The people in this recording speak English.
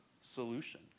solution